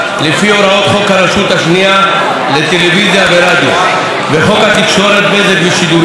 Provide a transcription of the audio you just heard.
הוראות חוק הרשות השנייה לטלוויזיה ורדיו וחוק התקשורת (בזק ושידורים).